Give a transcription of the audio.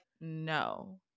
no